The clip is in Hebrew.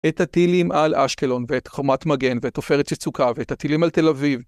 ‫את הטילים על אשקלון ואת חומת מגן ‫ואת עופרת יצוקה ואת הטילים על תל אביב.